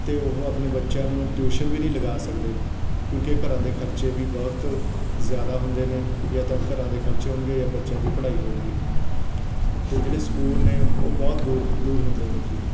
ਅਤੇ ਉਹ ਆਪਣੇ ਬੱਚਿਆਂ ਨੂੰ ਟਿਊਸ਼ਨ ਵੀ ਨਹੀਂ ਲਗਾ ਸਕਦੇ ਕਿਉਂਕਿ ਘਰਾਂ ਦੇ ਖਰਚੇ ਵੀ ਬਹੁਤ ਜ਼ਿਆਦਾ ਹੁੰਦੇ ਨੇ ਜਾਂ ਤਾਂ ਘਰਾਂ ਦੇ ਖਰਚੇ ਹੋਣਗੇ ਜਾਂ ਤਾਂ ਬੱਚਿਆਂ ਦੀ ਪੜ੍ਹਾਈ ਹੋਵੇਗੀ ਅਤੇ ਜਿਹੜੇ ਸਕੂਲ ਨੇ ਉਹ ਬਹੁਤ ਦੂਰ ਹ ਦੂਰ ਹੁੰਦੇ ਨੇ ਜੀ